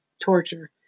torture